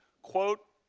quote